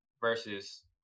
versus